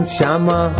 Shama